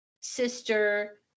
sister